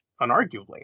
unarguably